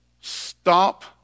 Stop